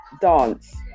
dance